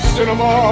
Cinema